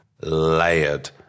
layered